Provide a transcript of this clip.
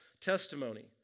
testimony